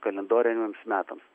kalendoriniams metams